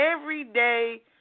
everyday